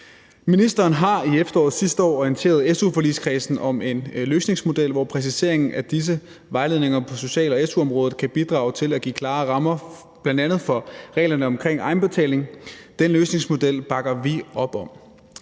Ministeren har i efteråret sidste år orienteret su-forligskredsen om en løsningsmodel, hvor præciseringen af disse vejledninger på social- og su-området kan bidrage til at give klare rammer, bl.a. for reglerne om egenbetaling. Den løsningsmodel bakker vi op om.